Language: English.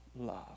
love